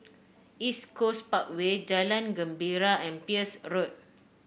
East Coast Parkway Jalan Gembira and Peirce Road